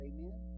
Amen